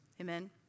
Amen